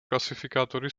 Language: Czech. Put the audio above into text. klasifikátory